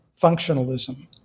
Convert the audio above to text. functionalism